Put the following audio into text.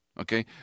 Okay